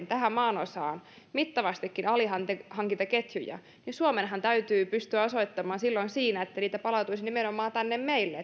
tähän maanosaan mittavastikin alihankintaketjuja suomen täytyy pystyä osoittamaan että me olemme kilpailukykyinen että niitä palautuisi nimenomaan tänne meille